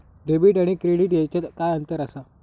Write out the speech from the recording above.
Debit आणि credit ह्याच्यात काय अंतर असा?